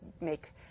make